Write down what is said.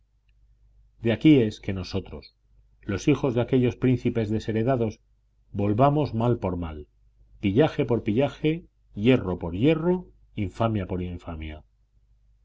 de aquí es que nosotros los hijos de aquellos príncipes desheredados volvamos mal por mal pillaje por pillaje hierro por hierro infamia por infamia